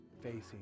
facing